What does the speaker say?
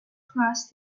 class